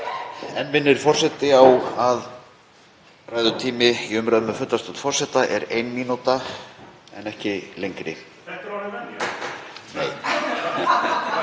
Enn minnir forseti á að umræðutími í umræðum um fundarstjórn forseta er 1 mínúta en ekki lengri.)